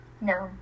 No